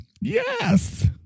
Yes